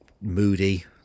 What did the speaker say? moody